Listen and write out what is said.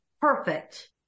perfect